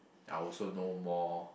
I will also know more